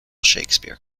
shakespeare